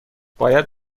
باید